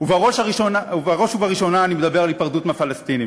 ובראש ובראשונה אני מדבר על היפרדות מהפלסטינים,